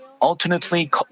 alternately